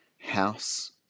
House